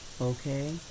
okay